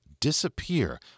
disappear